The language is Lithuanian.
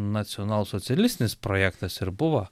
nacionalsocialistinis projektas ir buvo